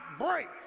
break